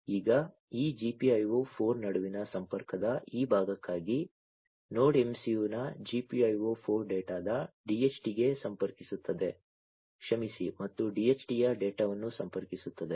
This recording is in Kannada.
ಈಗ ಈ GPIO 4 ನಡುವಿನ ಸಂಪರ್ಕದ ಈ ಭಾಗಕ್ಕಾಗಿ ನೋಡ್ MCU ನ GPIO 4 ಡೇಟಾದ DHT ಗೆ ಸಂಪರ್ಕಿಸುತ್ತದೆ ಕ್ಷಮಿಸಿ ಮತ್ತು DHT ಯ ಡೇಟಾವನ್ನು ಸಂಪರ್ಕಿಸುತ್ತದೆ